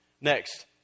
Next